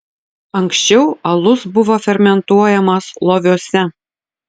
anksčiau alus buvo fermentuojamas loviuose